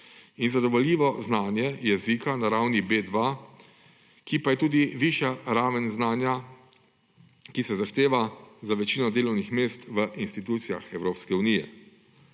In zadovoljivo znanje jezika je na ravni B2, ki pa je tudi višja raven znanja, ki se zahteva za večino delovnih mest v institucijah Evropske unije.